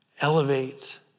Elevate